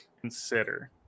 consider